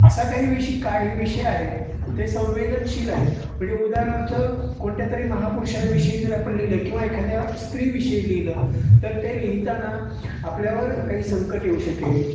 असा काही विषय काही विषय आहेत ते संवेदनशील आहेत म्हणजे उदाहरणार्थ कोणत्या तरी महापुरुषांविषयी जर आपण लिहिलं किंवा एखाद्या स्त्रीविषयी लिहिलं तर ते लिहिताना आपल्यावर काही संकट येऊ शकेल आणि